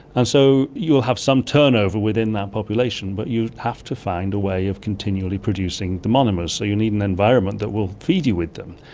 and so you'll have some turnover within that population but you have to find a way of continually producing the monomers, so you need an environment that will feed you with them.